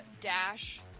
dash